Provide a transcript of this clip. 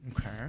Okay